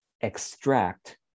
extract